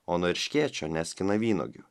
o nuo erškėčio neskina vynuogių